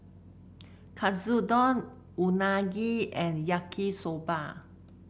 Katsudon Unagi and Yaki Soba